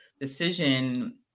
decision